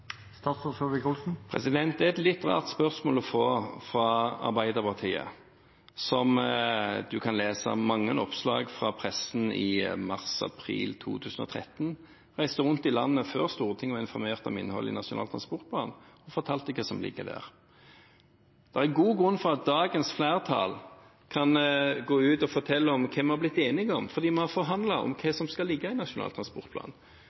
Det er et litt rart spørsmål å få fra Arbeiderpartiet, som du kan lese mange oppslag om i pressen fra mars–april 2013. De reiste rundt i landet før Stortinget var informert om innholdet i Nasjonal transportplan, og fortalte hva som lå der. Det er en god grunn til at dagens flertall kan gå ut og fortelle om hva vi er blitt enige om, for vi har forhandlet om hva som skal ligge i Nasjonal transportplan.